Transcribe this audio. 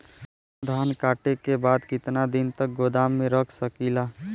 धान कांटेके बाद कितना दिन तक गोदाम में रख सकीला?